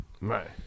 right